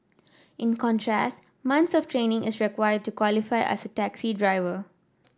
in contrast months of training is required to qualify as a taxi driver